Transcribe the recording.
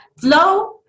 flow